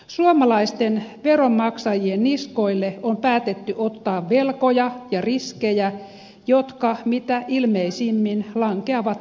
suomalaisten veronmaksajien niskoille on päätetty ottaa velkoja ja riskejä jotka mitä ilmeisimmin lankeavat maksuun